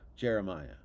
Jeremiah